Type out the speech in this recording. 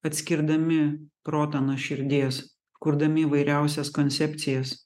atskirdami protą nuo širdies kurdami įvairiausias koncepcijas